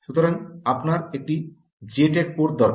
সুতরাং আপনার একটি জেট্যাগ পোর্ট দরকার